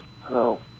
Hello